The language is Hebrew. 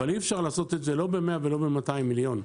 אבל אי-אפשר לעשות את זה ב-200-100 מיליון,